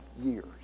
years